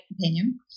opinion